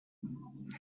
but